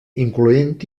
incloent